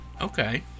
Okay